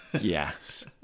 Yes